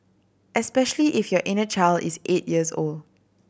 especially if your inner child is eight years old